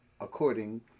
according